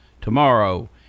tomorrow